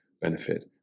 benefit